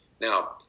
Now